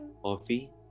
coffee